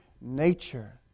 nature